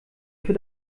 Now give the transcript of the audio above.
für